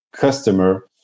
customer